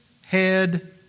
head